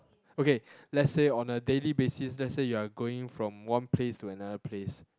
okay let's say on a daily basis let's say you are going from one place to another place